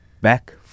back